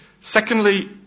Secondly